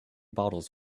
bottles